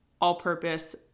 all-purpose